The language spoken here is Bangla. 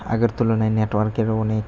আগের তুলনায় নেটওয়ার্কের ও অনেক